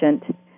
patient